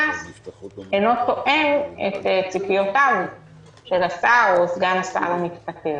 אינו תואם את ציפיותיו של השר או סגן השר המתפטר.